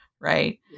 right